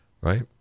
Right